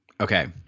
Okay